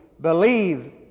believe